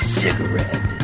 cigarette